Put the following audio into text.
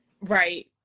Right